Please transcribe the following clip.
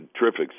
terrific